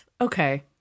okay